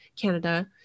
Canada